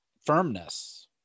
firmness